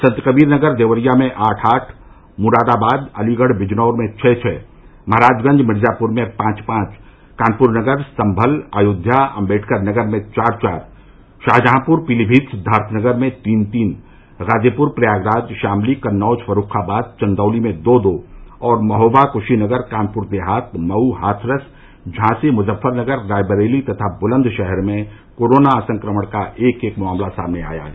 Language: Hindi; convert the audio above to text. संतकबीर नगर देवरिया में आठ आठ मुरादाबाद अलीगढ़ बिजनौर में छः छः महराजगंज मिर्जापुर में पांच पांच कानपुरनगर संभल अयोध्या अम्बेडकर नगर में चार चार शाहजहांपुर पीलीभीत सिद्दार्थनगर में तीन तीन गाजीपुर प्रयागराज शामली कन्नौज फर्रूखाबाद चन्दौली में दो दो और महोबा कुशीनगर कानपुरदेहात मऊ हाथरस झांसी मुजफ्फरनगर रायबरेली तथा बुलन्दशहर में कोरोना संक्रमण का एक एक मामला सामने आया है